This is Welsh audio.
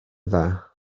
dda